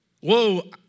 Whoa